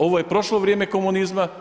Ovo je prošlo vrijeme komunizma.